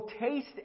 taste